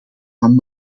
van